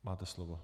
Máte slovo.